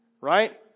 Right